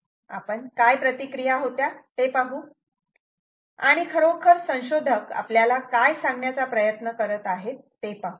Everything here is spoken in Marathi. आपण काय प्रतिक्रिया होत्या ते पाहू आणि खरोखर संशोधक आपल्याला काय सांगण्याचा प्रयत्न करत आहे ते पाहू